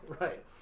Right